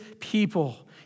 people